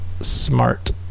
smart